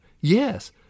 Yes